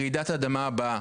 רעידת האדמה הבאה.